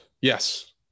Yes